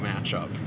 matchup